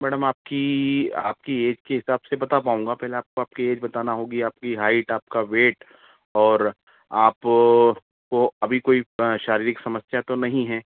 madam आपकी आपकी age के हिसाब से बता पाऊंगा पहले आपको आपके एज बताना होगी आपकी हाइट आपका वेट और आप को अभी कोई शारीरिक समस्या तो नहीं हैं